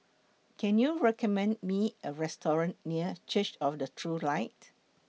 Can YOU recommend Me A Restaurant near Church of The True Light